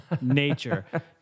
nature